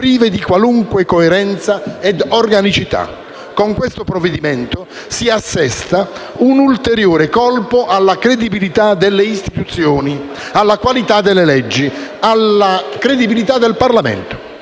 prive di qualunque coerenza e organicità. Con questo provvedimento si assesta un ulteriore colpo alla credibilità delle istituzioni e del Parlamento e alla qualità delle leggi.